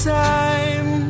time